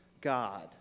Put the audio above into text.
God